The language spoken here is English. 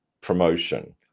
promotion